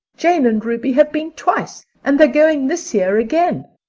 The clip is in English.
jane and ruby have been twice, and they're going this year again.